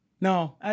No